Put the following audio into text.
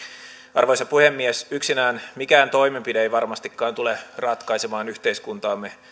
arvoisa puhemies yksinään mikään toimenpide ei varmastikaan tule ratkaisemaan yhteiskuntaamme